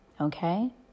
okay